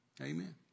Amen